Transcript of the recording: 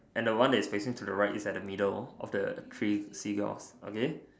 and the one that is facing to the right is in the middle of the three Seagulls okay